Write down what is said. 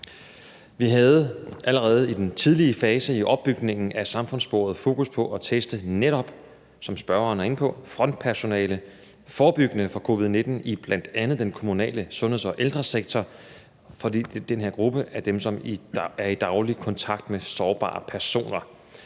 Vi havde allerede i den tidlige fase i opbygningen af samfundssporet fokus på at teste netop, som spørgeren er inde på, frontpersonalet for at forebygge covid-19 i bl.a. den kommunale sundheds- og ældresektor, fordi det er den her gruppe, der er i daglig kontakt med sårbare personer.